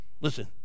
listen